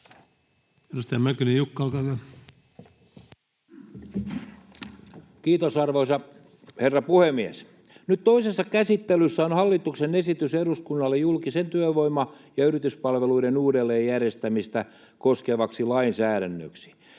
Edustaja Mäkynen, Jukka, olkaa hyvä. Kiitos, arvoisa herra puhemies! Nyt toisessa käsittelyssä on hallituksen esitys eduskunnalle julkisten työvoima- ja yrityspalveluiden uudelleen järjestämistä koskevaksi lainsäädännöksi.